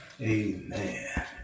Amen